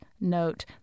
note